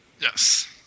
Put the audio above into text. Yes